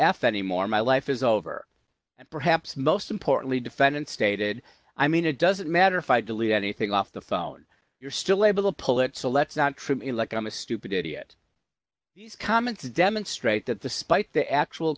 f anymore my life is over and perhaps most importantly defendant stated i mean it doesn't matter if i delete anything off the phone you're still able to pull it so let's not treat me like i'm a stupid idiot these comments demonstrate that the spite the actual